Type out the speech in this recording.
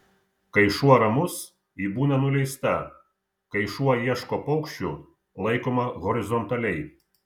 kai šuo ramus ji būna nuleista kai šuo ieško paukščių laikoma horizontaliai